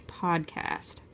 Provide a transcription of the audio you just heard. Podcast